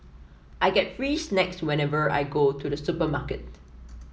I get free snacks whenever I go to the supermarket